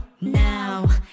now